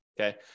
okay